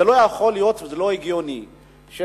זה לא יכול להיות וזה לא הגיוני שחברה